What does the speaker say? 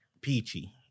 peachy